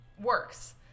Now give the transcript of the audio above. works